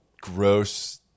gross